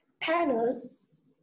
panels